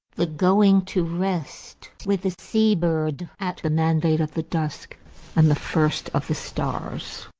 the going to rest with the sea-bird at the mandate of the dusk and the first of the stars.